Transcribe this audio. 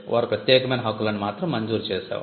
వారు ప్రత్యేకమైన హక్కులను మాత్రం మంజూరు చేసేవారు